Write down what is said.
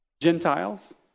Gentiles